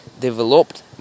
Developed